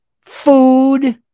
food